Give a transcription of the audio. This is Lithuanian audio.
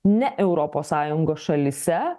ne europos sąjungos šalyse